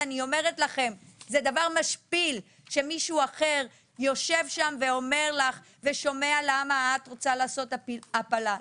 זה דבר משפיל שמישהו אחר יושב שם ושומע למה את רוצה לעשות הפלה.